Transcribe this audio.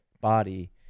body